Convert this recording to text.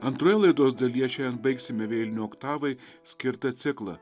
antroje laidos dalyje šiandien baigsime vėlinių oktavai skirtą ciklą